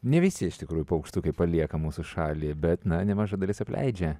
ne visi iš tikrųjų paukštukai palieka mūsų šalį bet na nemaža dalis apleidžia